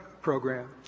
program